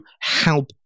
help